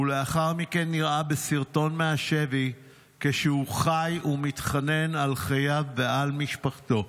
ולאחר מכן נראה בסרטון מהשבי כשהוא חי ומתחנן על חייו ועל משפחתו.